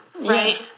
right